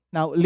Now